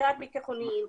בעיקר בתיכוניים.